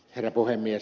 herra puhemies